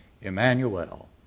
Emmanuel